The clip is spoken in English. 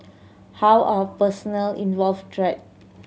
how are personnel involved treated